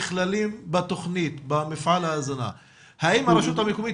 ואת --- ואני בתוך הממשלה וכחברת כנסת -- אורלי,